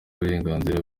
uburenganzira